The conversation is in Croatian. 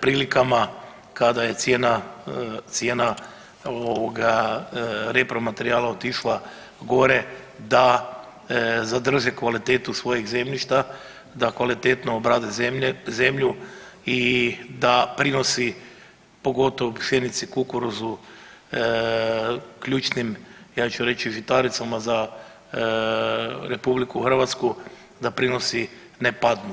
prilikama kada je cijena repromaterijala otišla gore da zadrži kvalitetu svojeg zemljišta, da kvalitetno obrade zemlju i da prinosi pogotovo pšenici, kukuruzu, ključnim ja ću reći žitaricama za Republiku Hrvatsku da prinosi ne padnu.